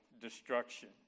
destruction